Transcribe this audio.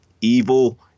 evil